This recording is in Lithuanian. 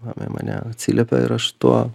apie mane atsiliepia ir aš tuo